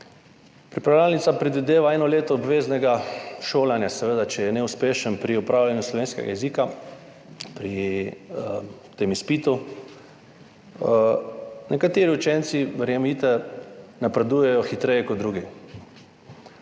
Pripravljalnica predvideva eno leto obveznega šolanja, seveda, če je neuspešen pri opravljanju izpita slovenskega jezika. Nekateri učenci, verjemite, napredujejo hitreje kot drugi.